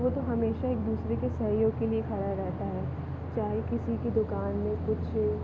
वो तो हमेशा एक दूसरे के सहयोग के लिए खड़ा रहता है चाहे किसी की दुकान में कुछ